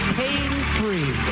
pain-free